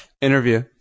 interview